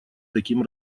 таким